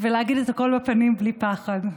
ולהגיד את הכול בפנים בלי פחד.